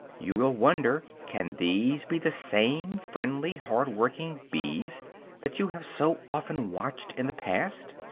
you will wonder, can these be the same friendly, hard-working bees that you have so often watched in the past?